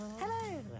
Hello